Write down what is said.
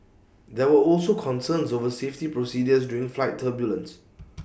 there were also concerns over safety procedures during flight turbulence